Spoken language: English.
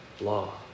law